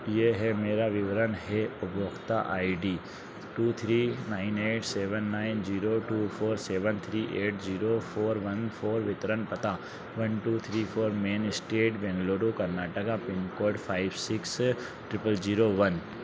यह है मेरा विवरण है उपभोक्ता I D two three nine eight seven nine zero two four seven three eight zero four one four वितरण पता one two three four main street Bengaluru Karnataka pin code five six triple zero one